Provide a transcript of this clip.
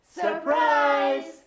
Surprise